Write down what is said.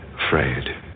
afraid